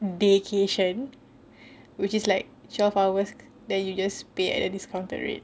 daycation which is like twelve hours then you just pay at a discounted rate